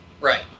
Right